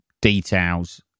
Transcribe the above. details